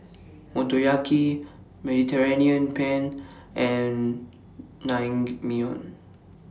Motoyaki Mediterranean Penne and Naengmyeon